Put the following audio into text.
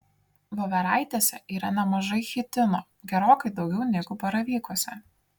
voveraitėse yra nemažai chitino gerokai daugiau negu baravykuose